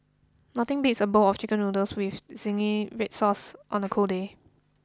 nothing beats a bowl of chicken noodles with zingy red sauce on a cold day